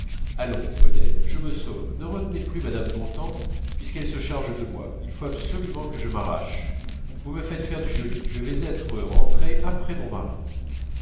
allons odette je me sauve ne retenez plus mme bontemps puisqu'elle se charge de moi il faut absolument que je m'arrache vous me faites faire du joli je vais être rentrée après mon mari